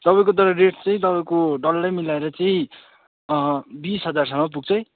तपाईँको तर रेट चाहिँ तपाईँको डल्लै मिलाएर चाहिँ बिस हजारसम्म पुग्छ है